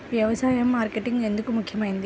వ్యసాయంలో మార్కెటింగ్ ఎందుకు ముఖ్యమైనది?